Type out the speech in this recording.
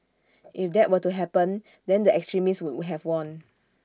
if that were to happen then the extremists would have won